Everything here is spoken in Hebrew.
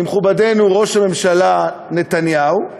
ממכובדנו ראש הממשלה נתניהו,